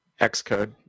Xcode